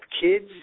kids